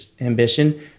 Ambition